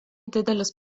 didelis